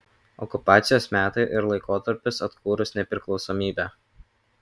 okupacijos metai ir laikotarpis atkūrus nepriklausomybę